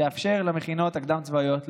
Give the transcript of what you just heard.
למכינות הקדם-צבאיות,